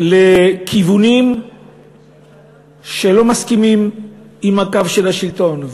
לכיוונים שלא מסכימים עם הקו של השלטון.